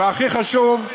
והכי חשוב,